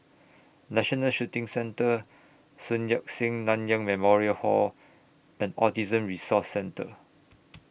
National Shooting Centre Sun Yat Sen Nanyang Memorial Hall and Autism Resource Centre